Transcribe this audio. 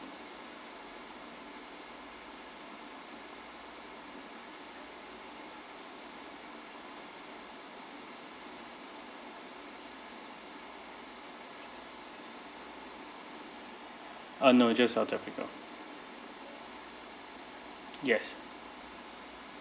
uh no just south africa yes